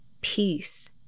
peace